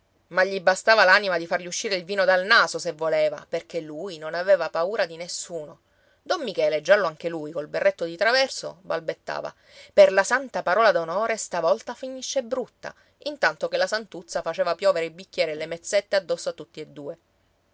ma gli bastava l'anima di fargli uscire il vino dal naso se voleva perché lui non aveva paura di nessuno don michele giallo anche lui col berretto di traverso balbettava per la santa parola d'onore stavolta finisce brutta intanto che la santuzza faceva piovere i bicchieri e le mezzette addosso a tutte e due